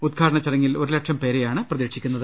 ഉദ്ഘാടന ചടങ്ങിൽ ഒരു ലക്ഷം പേരെയാണ് പ്രതീക്ഷിക്കുന്നത്